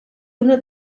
una